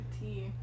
tea